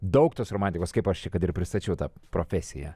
daug tos romantikos kaip aš čia kad ir pristačiau tą profesiją